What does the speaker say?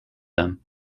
them